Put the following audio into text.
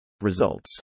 Results